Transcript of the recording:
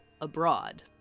abroad